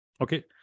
Okay